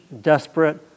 desperate